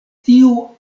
tiu